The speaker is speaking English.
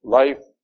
life